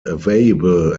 available